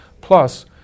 Plus